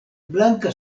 blanka